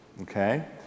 Okay